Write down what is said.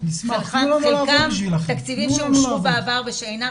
חלקם תקציבים שאושרו בעבר ושאינם